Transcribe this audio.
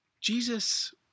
Jesus